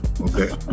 okay